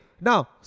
now